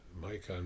Mike